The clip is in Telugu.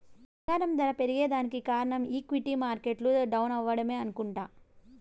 బంగారం దర పెరగేదానికి కారనం ఈక్విటీ మార్కెట్లు డౌనవ్వడమే అనుకుంట